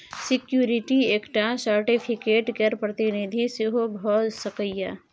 security एकटा certificate केर प्रतिनिधि सेहो भ सकैए